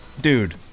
Dude